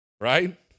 Right